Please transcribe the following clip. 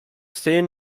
thin